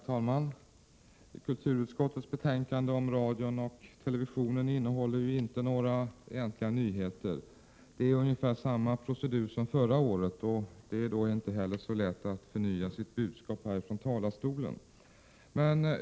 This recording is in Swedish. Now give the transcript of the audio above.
Herr talman! Kulturutskottets betänkande om radio och television innehåller inte några egentliga nyheter. Det är ungefär samma procedur som förra året, och då är det inte heller så lätt att förnya sitt budskap här ifrån talarstolen.